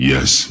Yes